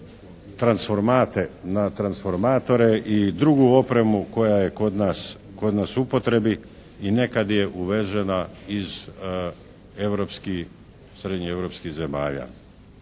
odnosi na transformatore i drugu opremu koja je kod nas u upotrebi i nekad je uvežena iz europskih, srednjeeuropskih zemalja.